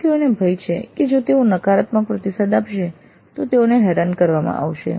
વિદ્યાર્થીઓને ભય છે કે જો તેઓ નકારાત્મક પ્રતિસાદ આપશે તો તેઓને હેરાન કરવામાં આવશે